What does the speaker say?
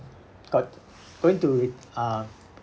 got going to with uh